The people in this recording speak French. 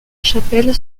chapelle